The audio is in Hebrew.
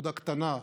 נקודה קטנה,